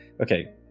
okay